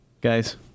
Guys